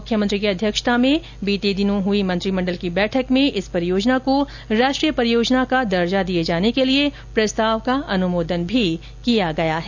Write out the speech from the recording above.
मुख्यमंत्री की अध्यक्षता में बीते दिनों हुई मंत्रिमंडल की बैठक में इस परियोजना को राष्ट्रीय परियोजना का दर्जा दिए जाने के लिए प्रस्ताव का अनुमोदन भी किया गया है